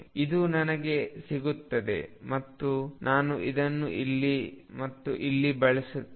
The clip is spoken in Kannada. ಇದು ನನಗೆ ಸಿಗುತ್ತದೆ ಮತ್ತು ನಾನು ಇದನ್ನು ಇಲ್ಲಿ ಮತ್ತು ಇಲ್ಲಿ ಬಳಸುತ್ತೇನೆ